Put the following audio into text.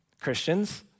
Christians